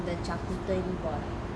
the chocolate thing